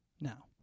now